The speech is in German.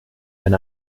ein